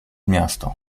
miasto